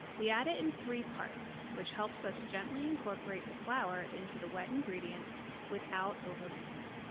we add it in three parts, which helps us gently incorporate the flour into the wet ingredients without over mixing.